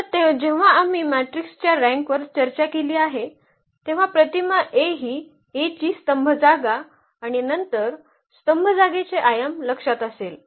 तर जेव्हा आम्ही मॅट्रिक्सच्या रँकवर चर्चा केली आहे तेव्हा प्रतिमा A ही A ची स्तंभ जागा आणि नंतर स्तंभ जागेचे आयाम लक्षात असेल